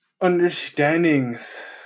understandings